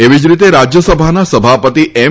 એવી જ રીતે રાજયસભાના સભાપતિ એમ